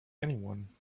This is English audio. anyone